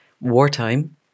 wartime